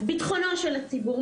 ביטחונו של הציבור,